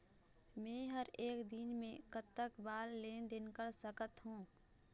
मे हर एक दिन मे कतक बार लेन देन कर सकत हों?